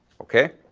okay?